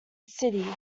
city